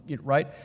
right